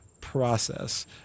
process